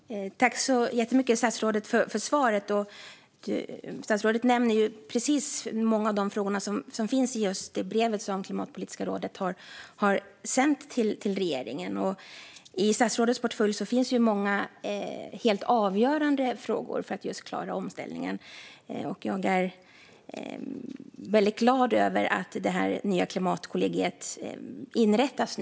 Fru talman! Tack så jättemycket för svaret, statsrådet! Statsrådet nämner många av precis de frågor som finns i det brev som Klimatpolitiska rådet har sänt till regeringen. I statsrådets portfölj finns många helt avgörande frågor för att klara omställningen, och jag är väldigt glad över att det nya klimatkollegiet nu inrättas.